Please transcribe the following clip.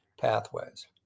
pathways